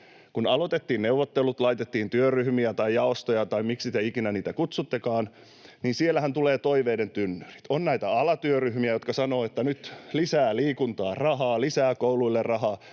Kun aloitettiin neuvottelut, laitettiin työryhmiä tai jaostoja tai miksi ikinä te niitä kutsuttekaan, niin sieltähän tuli toiveiden tynnyrit. Oli näitä alatyöryhmiä, jotka sanoivat, että nyt lisää rahaa liikuntaan, lisää kouluille rahaa,